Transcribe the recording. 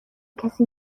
کسی